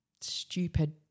stupid